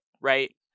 Right